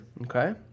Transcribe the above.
Okay